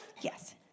Yes